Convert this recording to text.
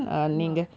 no